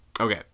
okay